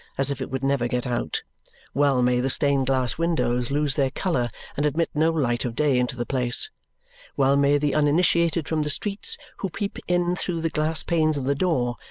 as if it would never get out well may the stained-glass windows lose their colour and admit no light of day into the place well may the uninitiated from the streets, who peep in through the glass panes in the door,